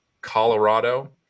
Colorado